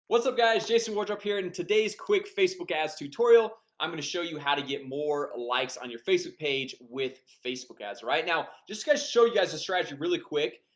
what's up guys jason wardrop here in today's quick facebook ads tutorial i'm gonna show you how to get more likes on your facebook business page with facebook ads right now just guys show you guys the strategy really quick.